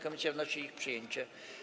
Komisja wnosi o ich przyjęcie.